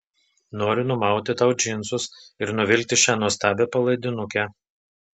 noriu numauti tau džinsus ir nuvilkti šią nuostabią palaidinukę